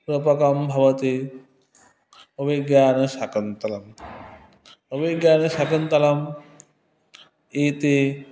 रुपकं भवति अभिज्ञानशाकुन्तलम् अभिज्ञानशाकुन्तलम् इति